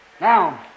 Now